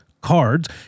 cards